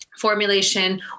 formulation